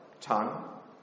tongue